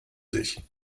sich